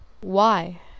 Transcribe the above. Why